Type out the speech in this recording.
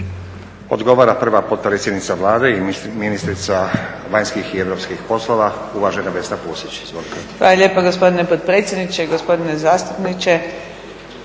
Odgovara prva potpredsjednica Vlade i ministrica vanjskih i europskih poslova, uvažena Vesna Pusić.